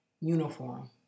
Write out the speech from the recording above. uniform